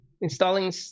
installing